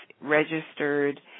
registered